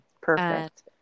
Perfect